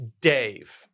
dave